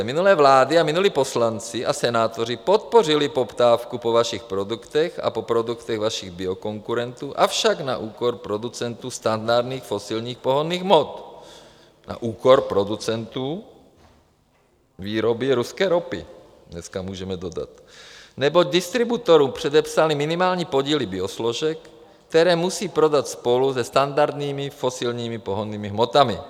Minulé vlády a minulí poslanci a senátoři podpořili poptávku po vašich produktech a po produktech vašich biokonkurentů, avšak na úkor producentů standardních fosilních pohonných hmot na úkor producentů výroby ruské ropy, dneska můžeme dodat neboť distributorům předepsali minimální podíly biosložek, které musí prodat spolu se standardními fosilními pohonnými hmotami.